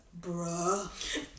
bruh